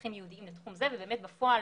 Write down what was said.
מפקחים ייעודיים לתחום הזה, ובאמת בפועל